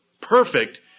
perfect